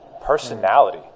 personality